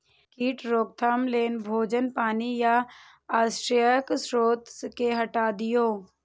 कीट रोकथाम लेल भोजन, पानि आ आश्रयक स्रोत कें हटा दियौ